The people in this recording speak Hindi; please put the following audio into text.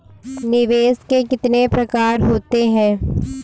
निवेश के कितने प्रकार होते हैं?